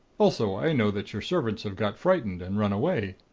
also, i know that your servants have got frightened and run away.